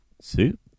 Soup